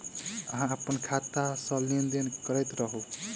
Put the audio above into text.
अहाँ अप्पन खाता मे सँ लेन देन करैत रहू?